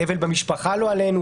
אבל במשפחה לא עלינו,